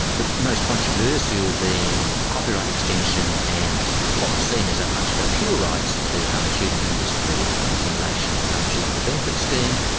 the most controversial being copyright extension and what was seen as a bunch of appeal rights for the pharmaceutical industry in relation to the pharmaceutical benefits scheme,